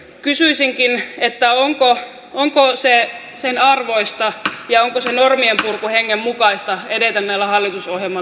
kysyisinkin onko se sen arvoista ja onko se normienpurkuhengen mukaista edetä näillä hallitusohjelman linjauksilla